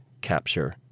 capture